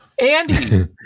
Andy